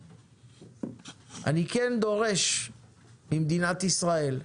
אני כן דורש ממדינת ישראל,